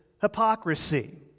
hypocrisy